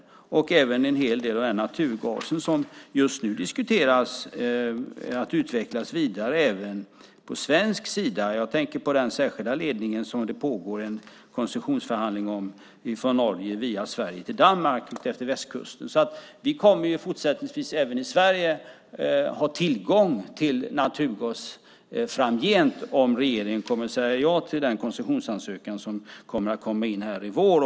Det gäller även en hel del av naturgasen, som man just nu diskuterar att utveckla vidare även på svensk sida. Jag tänker på den särskilda ledning som det pågår en koncessionsförhandling om från Norge via Sverige till Danmark utefter västkusten. Vi kommer fortsättningsvis att ha tillgång till naturgas även i Sverige om regeringen säger ja till den koncessionsansökan som kommer in i vår.